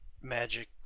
magic